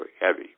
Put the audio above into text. heavy